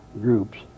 groups